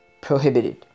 prohibited